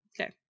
Okay